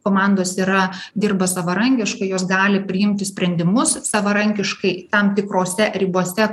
komandos yra dirba savarankiškai jos gali priimti sprendimus savarankiškai tam tikrose ribose